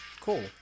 cool